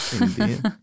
indeed